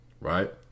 Right